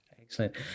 Excellent